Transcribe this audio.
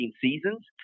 seasons